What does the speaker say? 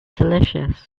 delicious